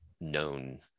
known